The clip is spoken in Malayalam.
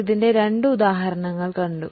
ഇതിന്റെ രണ്ട് ഉദാഹരണങ്ങൾ നമ്മൾ കണ്ടു